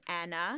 Anna